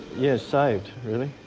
yeah saved really,